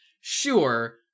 sure